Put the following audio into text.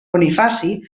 bonifaci